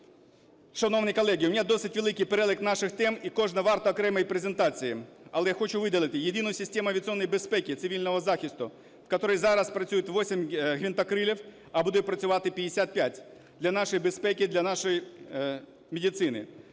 Шановні колеги, у мене досить великий перелік наших тем, і кожна варта окремої презентації. Але я хочу виділити Єдину систему авіаційної безпеки цивільного захисту, в котрій зараз працюють 8 гвинтокрилів, а буде працювати 55 для нашої безпеки, для нашої медицини.